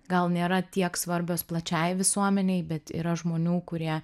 gal nėra tiek svarbios plačiajai visuomenei bet yra žmonių kurie